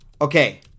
Okay